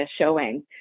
showing